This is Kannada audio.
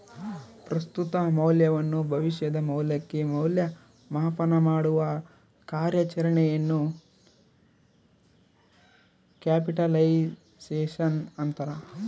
ಪ್ರಸ್ತುತ ಮೌಲ್ಯವನ್ನು ಭವಿಷ್ಯದ ಮೌಲ್ಯಕ್ಕೆ ಮೌಲ್ಯ ಮಾಪನಮಾಡುವ ಕಾರ್ಯಾಚರಣೆಯನ್ನು ಕ್ಯಾಪಿಟಲೈಸೇಶನ್ ಅಂತಾರ